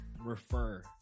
refer